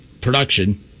production